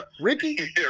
Ricky